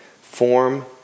form